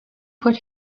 put